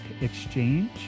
exchange